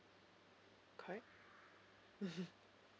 correct